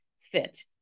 fit